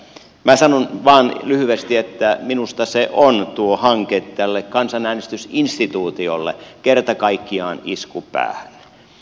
minä sanon vain lyhyesti että minusta tuo hanke on tälle kansanäänestysinstituutiolle kerta kaikkiaan isku päähän